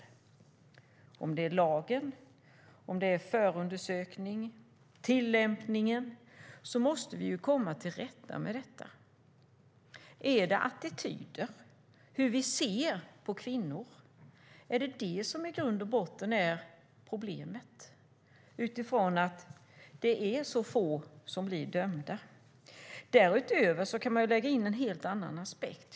Oavsett om det är lagen, förundersökningen eller tillämpningen måste vi komma till rätta med detta. Är det attityder i fråga om hur vi ser på kvinnor som i grund och botten är problemet, med tanke på att det är så få som blir dömda? Därutöver kan man lägga in en helt annan aspekt.